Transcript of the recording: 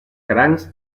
crancs